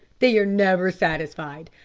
they are never satisfied,